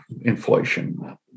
inflation